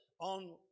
on